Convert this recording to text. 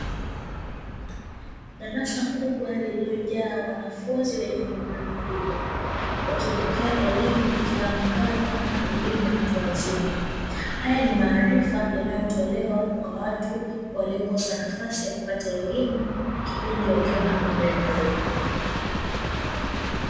Darasa kubwa lililojaa wanafunzi wenye umri mkubwa, wakipokea elimu ifahamikayo kama elimu ya watu wazima. Hayo ni maarifa yanayotolewa kwa watu waliokosa nafasi ya kupata elimu, kipindi wakiwa na umri mdogo.